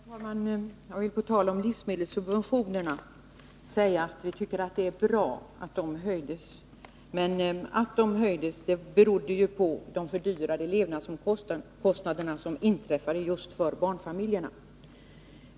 Herr talman! Jag vill på tal om livsmedelssubventionerna säga att vi tycker att det är bra att de höjdes. Att de höjdes beror på de fördyrade levnadsomkostnader som uppkom för barnfamiljerna genom olika åtgärder som genomfördes av den socialdemokratiska regeringen.